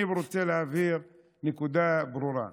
אני רוצה להבהיר נקודה ברורה: